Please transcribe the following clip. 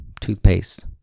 toothpaste